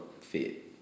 fit